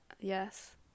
Yes